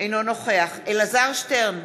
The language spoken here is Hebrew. אינו נוכח אלעזר שטרן,